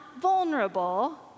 vulnerable